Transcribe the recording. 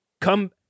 come